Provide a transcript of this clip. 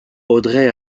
audrey